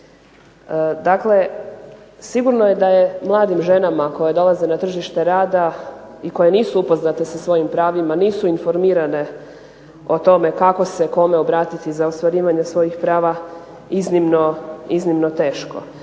Dakle, sigurno je da je mladim ženama koje dolaze na tržište rada i koje nisu upoznate sa svojim pravima, nisu informirane o tome kako se kome obratiti za ostvarivanje svojih prava, iznimno